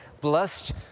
Blessed